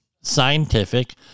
scientific